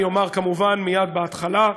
אני אומר כמובן מייד בהתחלה: